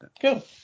Cool